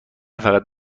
فقط